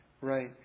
right